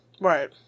Right